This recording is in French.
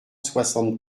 soixante